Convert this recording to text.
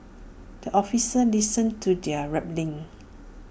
the officer listens to their rambling